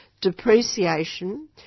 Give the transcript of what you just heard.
depreciation